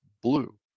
blue